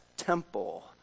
Temple